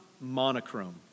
monochrome